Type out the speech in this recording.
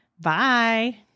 Bye